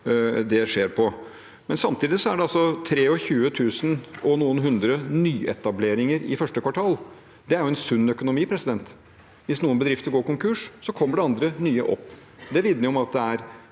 det skjer på. Samtidig er det 23 000 og noen hundre nyetableringer i første kvartal. Det er en sunn økonomi. Hvis noen bedrifter går konkurs, kommer det andre, nye opp. Det vitner om at det er